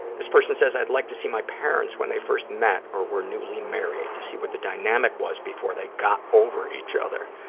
this person says, i'd like to see my parents when they first met or were newly married, to see what the dynamic was before they got over each other.